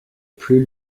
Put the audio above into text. plus